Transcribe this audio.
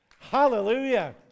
Hallelujah